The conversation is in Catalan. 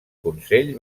consell